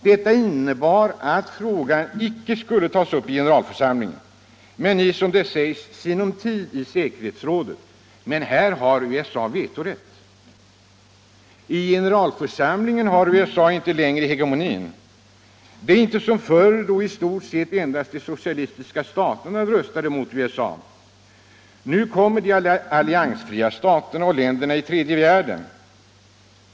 Detta innebar att frågan inte skulle tas upp i generalförsamlingen men ”i sinom tid” i säkerhetsrådet — här har nämligen USA ”vetorätt”. I generalförsamlingen har USA inte längre hegemoni. Det är inte som förr, då i stort sett endast de socialistiska staterna röstade mot USA. Nu kommer de alliansfria staterna och länderna i tredje världen.